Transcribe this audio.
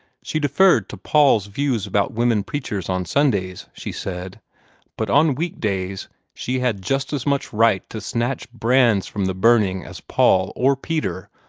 she deferred to paul's views about women preachers on sundays, she said but on weekdays she had just as much right to snatch brands from the burning as paul, or peter,